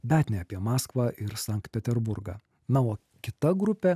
bet ne apie maskvą ir sankt peterburgą na o kita grupė